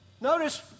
notice